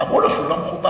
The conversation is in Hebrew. אמרו לו שהוא לא מכובד.